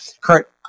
Kurt